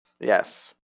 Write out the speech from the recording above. Yes